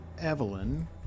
Evelyn